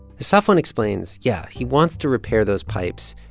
safwan explains, yeah, he wants to repair those pipes,